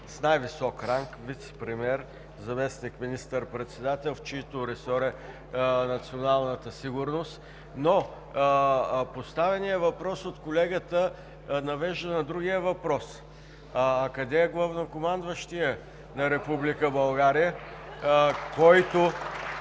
от най-висок ранг – вицепремиер, заместник министър председател, в чийто ресор е националната сигурност. Поставеният от колегата въпрос навежда на другия въпрос: къде е главнокомандващият на Република България